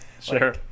Sure